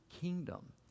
kingdom